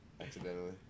Accidentally